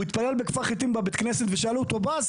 התפלל בכפר חיטים בבית כנסת ושאלו אותו בועז,